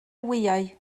wyau